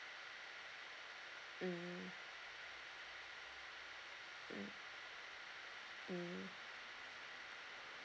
mm mm mm